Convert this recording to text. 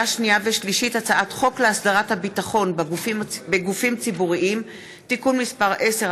הצעת חוק להסדרת הביטחון בגופים ציבוריים (תיקון מס' 10),